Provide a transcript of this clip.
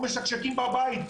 אנחנו משקשקים בבית.